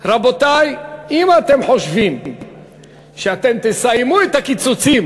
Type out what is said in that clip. רבותי, אם אתם חושבים שתסיימו את הקיצוצים